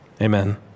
amen